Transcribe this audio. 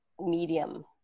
medium